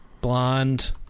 blonde